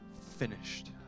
finished